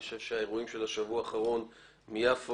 אני חושב שהאירועים של השבוע האחרון ביפו,